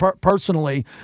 personally